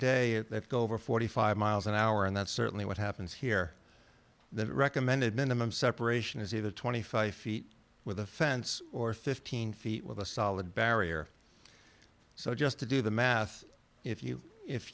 that go over forty five miles an hour and that's certainly what happens here the recommended minimum separation is either twenty five feet with a fence or fifteen feet with a solid barrier so just to do the math if you if